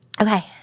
Okay